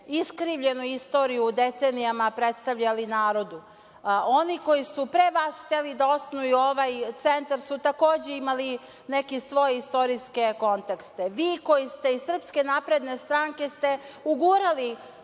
iskrivljeno istoriju decenijama predstavljali narodu. Oni koji su pre vas hteli da osnuju ovaj centar su takođe imali neke svoje istorijske kontekste, vi koji ste iz SNS ste ugurali